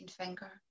finger